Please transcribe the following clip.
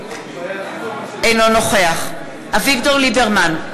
אינו נוכח אביגדור ליברמן,